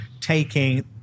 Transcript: taking